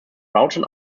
broughton